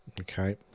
Okay